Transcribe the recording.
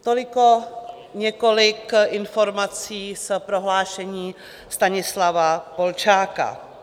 Toliko několik informací z prohlášení Stanislava Polčáka.